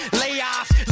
layoffs